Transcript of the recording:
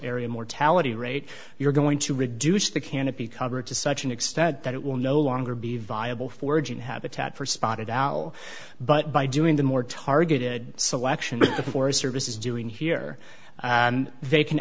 area mortality rate you're going to reduce the canopy cover to such an extent that it will no longer be viable foraging habitat for spotted owl but by doing the more targeted selection the forest service is doing here they can